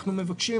אנחנו מבקשים,